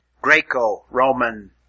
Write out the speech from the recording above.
Greco-Roman